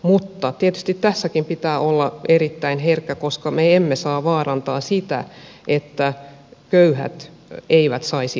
mutta tietysti tässäkin pitää olla erittäin herkkä koska me emme saa vaarantaa sitä niin että köyhät eivät saisi oikeutta